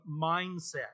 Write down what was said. mindset